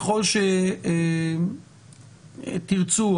ככל שתרצו,